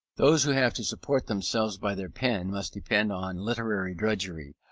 those who have to support themselves by their pen must depend on literary drudgery,